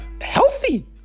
healthy